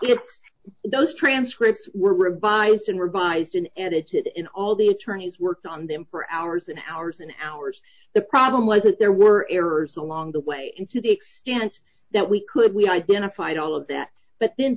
those transcripts were revised and revised and edited in all the attorneys worked on them for hours and hours and hours the problem was that there were errors along the way in to the extent that we could we identified all of that but then